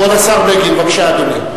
כבוד השר בגין, בבקשה, אדוני.